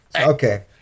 Okay